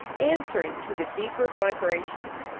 answering to the deeper vibrations.